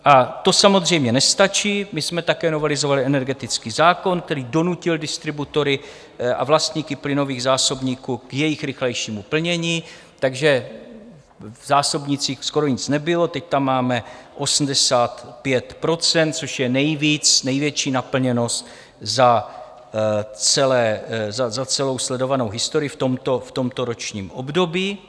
A to samozřejmě nestačí, my jsme také novelizovali energetický zákon, který donutil distributory a vlastníky plynových zásobníků k jejich rychlejšímu plnění, takže v zásobnících skoro nic nebylo, teď tam máme 85 %, což je nejvíc, největší naplněnost za celou sledovanou historii v tomto ročním období.